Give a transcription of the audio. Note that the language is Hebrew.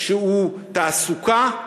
שהוא תעסוקה,